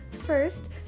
First